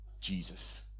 jesus